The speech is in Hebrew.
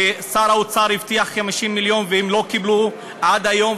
כששר האוצר הבטיח 50 מיליון והם לא קיבלו עד היום,